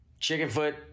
Chickenfoot